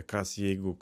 kas jeigu